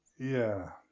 yeah.